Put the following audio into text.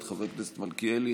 את חבר הכנסת מלכיאלי,